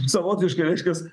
savotiškai reiškias